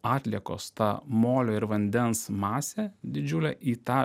atliekos ta molio ir vandens masė didžiulė į tą